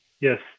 Yes